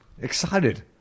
excited